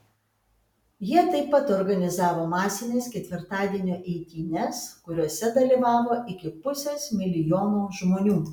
jie taip pat organizavo masines ketvirtadienio eitynes kuriose dalyvavo iki pusės milijono žmonių